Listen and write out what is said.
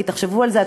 כי תחשבו על זה, עד